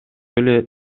эле